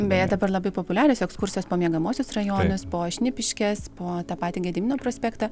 beje dabar labai populiarios ekskursijos po miegamuosius rajonus po šnipiškes po tą patį gedimino prospektą